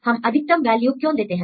हम अधिकतम वैल्यू क्यों देते हैं